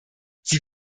sie